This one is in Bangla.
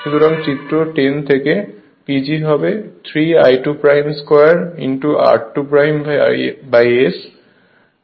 সুতরাং চিত্র 10 থেকে PG হবে 3 I22 r2 S